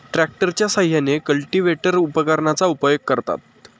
ट्रॅक्टरच्या साहाय्याने कल्टिव्हेटर उपकरणाचा उपयोग करतात